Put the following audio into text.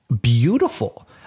beautiful